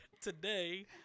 Today